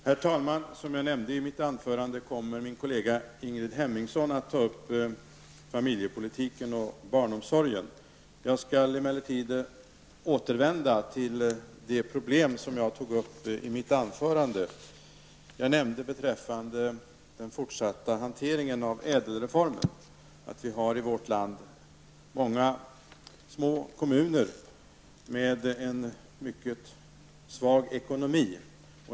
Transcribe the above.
Herr talman! Som jag nämnde i mitt anförande kommer min kollega Ingrid Hemmingsson att ta upp familjepolitiken och barnomsorgen. Jag skall återvända till de problem som jag tog upp i mitt anförande. Jag nämnde beträffande den fortsatta hanteringen av ÄDEL-reformen att i vårt land har många små kommuner en mycket svag ekonomi.